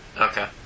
Okay